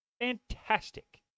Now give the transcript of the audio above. Fantastic